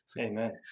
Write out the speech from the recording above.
Amen